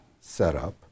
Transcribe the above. setup